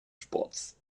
sports